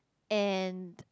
and